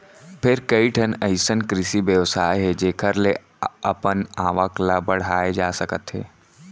फेर कइठन अइसन कृषि बेवसाय हे जेखर ले अपन आवक ल बड़हाए जा सकत हे